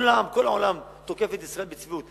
כל העולם, כולם, תוקף את ישראל בצביעות.